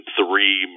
three